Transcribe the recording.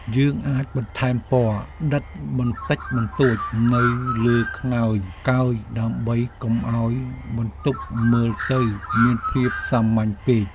យើងអាចបន្ថែមពណ៌ដិតបន្តិចបន្តួចនៅលើខ្នើយកើយដើម្បីកុំឱ្យបន្ទប់មើលទៅមានភាពសាមញ្ញពេក។